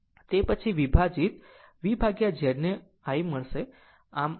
તે પછી વિભાજીત V Z ને I મળશે આ mYfg છે